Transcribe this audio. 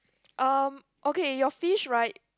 erm okay your fish right